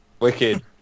Wicked